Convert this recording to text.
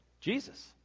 Jesus